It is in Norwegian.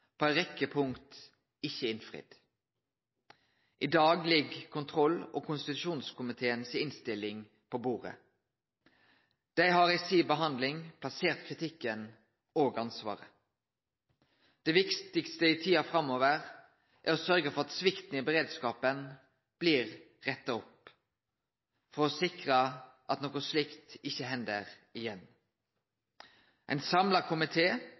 på ei rekkje punkt ikkje er innfridd. I dag ligg kontroll- og konstitusjonskomiteen si innstilling på bordet. Dei har i si behandling plassert kritikken og ansvaret. Det viktigaste i tida framover er å sørgje for at svikten i beredskapen blir retta opp for å sikre at noko slikt ikkje hender igjen. Ein samla